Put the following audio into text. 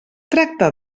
tracta